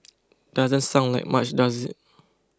doesn't sound like much does it